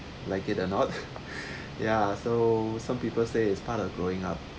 like it or not ya so some people say it's part of growing up